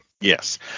Yes